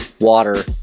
water